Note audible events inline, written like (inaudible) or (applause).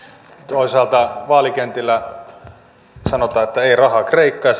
toisaalta vaalikentillä sanotaan että ei rahaa kreikkaan (unintelligible)